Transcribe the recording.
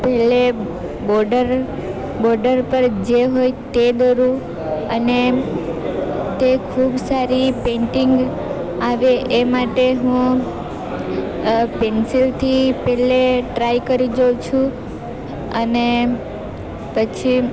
પહેલાં border border પર જે હોય તે દોરું અને તે ખૂબ સારી પેઈન્ટિંગ આવે એ માટે હું પેન્સિલથી પહેલાં ટ્રાય કરી જોઉં છું અને પછી